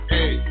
Hey